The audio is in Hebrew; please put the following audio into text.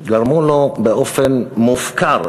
גרמו לו באופן מופקר,